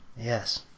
Yes